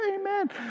amen